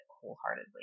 wholeheartedly